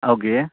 okay